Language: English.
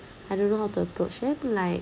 I don't know how to approach them like